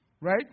Right